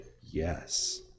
yes